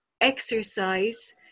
exercise